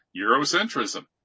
Eurocentrism